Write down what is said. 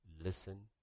listen